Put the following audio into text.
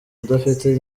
udafite